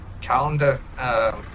calendar